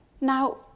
Now